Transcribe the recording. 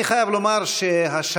אני חייב לומר שהשנה,